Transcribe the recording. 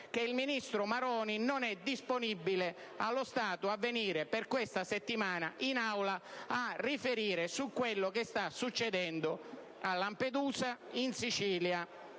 che il ministro Maroni non è disponibile, allo stato, a venire questa settimana a riferire in Aula su quello che sta succedendo a Lampedusa, in Sicilia,